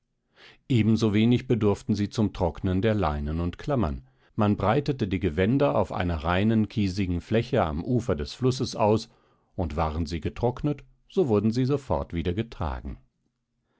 ebensowenig bedurften sie zum trocknen der leinen und klammern man breitete die gewänder auf einer reinen kiesigen fläche am ufer des flusses aus und waren sie getrocknet so wurden sie sofort wieder getragen